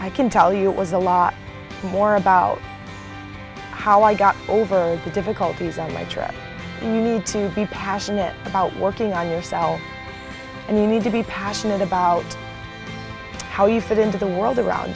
i can tell you it was a lot more about how i got over the difficulties of nature you need to be passionate about working on yourself and you need to be passionate about how you fit into the world around